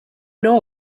know